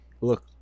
Look